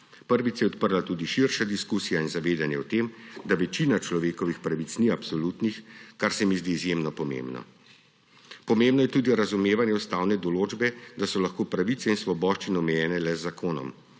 Prvič se je odprla tudi širša diskusija in zavedanje o tem, da večina človekovih pravic ni absolutnih, kar se mi zdi izjemno pomembno. Pomembno je tudi razumevanje ustavne določbe, da so lahko pravice in svoboščine omejene le z zakonom.